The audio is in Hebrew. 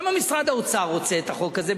למה משרד האוצר רוצה את החוק הזה?